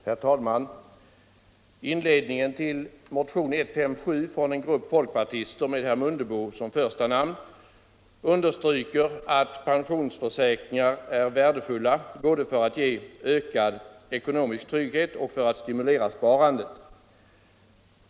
Herr talman! I inledningen till motionen 1975/76:157 av en grupp folkpartister med herr Mundebo som första namn understryks att pensionsförsäkringar är värdefulla både för att ge ökad ekonomisk trygghet och för att stimulera sparandet.